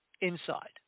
inside